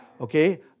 okay